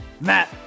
Matt